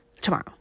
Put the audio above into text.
tomorrow